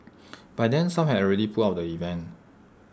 by then some had already pulled out the event